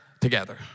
together